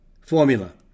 formula